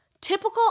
Typical